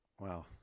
Wow